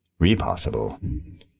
Repossible